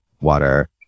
water